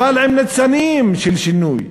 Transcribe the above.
אבל עם ניצנים של שינוי,